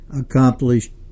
accomplished